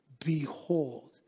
behold